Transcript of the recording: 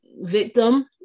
victim